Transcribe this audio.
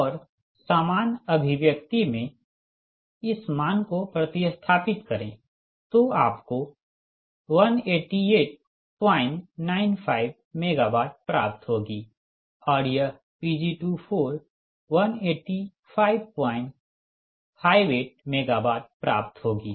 और सामान अभिव्यक्ति में इस मान को प्रति स्थापित करेंतो आपको 18895 MW प्राप्त होगी और यह Pg2 18558 MW प्राप्त होगी